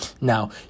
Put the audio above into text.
Now